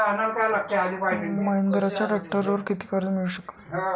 महिंद्राच्या ट्रॅक्टरवर किती कर्ज मिळू शकते?